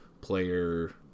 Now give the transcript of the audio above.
player